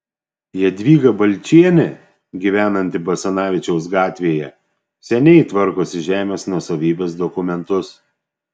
jadvyga balčienė gyvenanti basanavičiaus gatvėje seniai tvarkosi žemės nuosavybės dokumentus